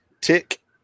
Tick